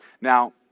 Now